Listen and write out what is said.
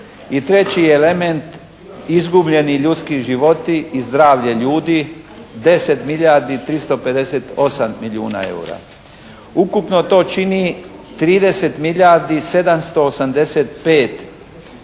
I treći element izgubljeni ljudski životi i zdravlje ljudi 10 milijardi 358 milijuna eura. Ukupno to čini 30 milijardi